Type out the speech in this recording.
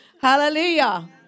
Hallelujah